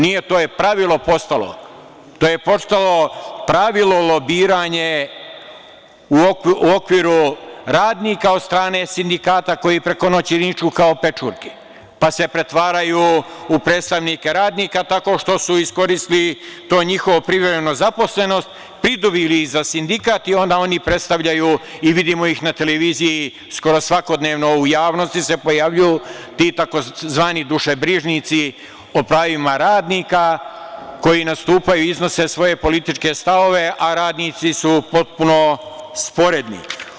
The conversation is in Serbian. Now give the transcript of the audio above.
Nije, to je pravilo postalo, to je postalo pravilo, lobiranje u okviru radnika od strane sindikata koji preko noći niču kao pečurke, pa se pretvaraju u predstavnike radnika, tako što su iskoristili tu njihovu privremenu zaposlenost, pridobili ih za sindikat i onda oni predstavljaju i vidimo ih na televiziji skoro svakodnevno u javnosti se pojavljuju ti tzv. dušebrižnici o pravima radnika, koji nastupaju, iznose svoje političke stavove, a radnici su potpuno sporedni.